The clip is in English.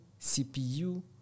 CPU